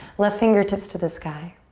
left fingertips to the sky.